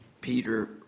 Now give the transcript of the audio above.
Peter